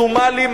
סומלים,